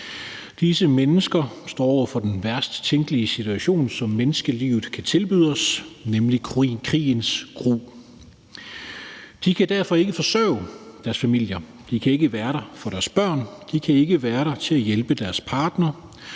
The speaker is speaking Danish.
Disse mennesker står over for den værst tænkelige situation, som menneskelivet kan byde os, nemlig krigens gru. De kan derfor ikke forsørge deres familier, de kan ikke være der for deres børn, og de kan ikke være der til at hjælpe deres partner,